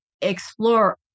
explore